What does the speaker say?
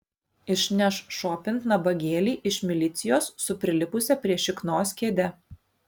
išneš šopint nabagėlį iš milicijos su prilipusia prie šiknos kėde